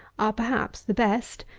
are, perhaps, the best.